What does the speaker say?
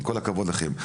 עם כל הכבוד לכם,